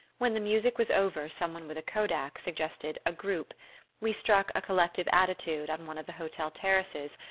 when the music was over some one with a kodak suggested a group we struck a collective attitude on one of the hotel terraces,